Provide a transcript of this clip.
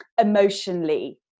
emotionally